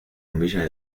bombillas